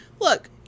look